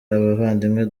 abavandimwe